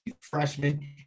Freshman